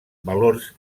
valors